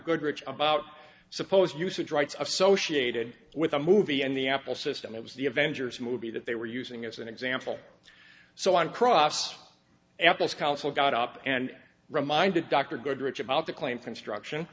goodrich about suppose usage rights associated with a movie and the apple system it was the avengers movie that they were using as an example so on cross apple's counsel got up and reminded dr goodrich about the claim construction